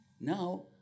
Now